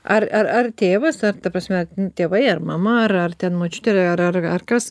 ar ar ar tėvas ar ta prasme tėvai ar mama ar ar ten močiutė ar ar ar kas